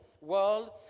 world